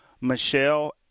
Michelle